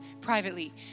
privately